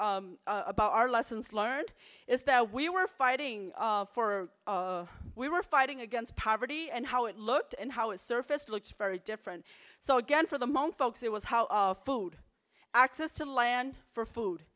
about our lessons learned is that we were fighting for we were fighting against poverty and how it looked and how it surfaced looks very different so again for the month folks it was how food access to land for food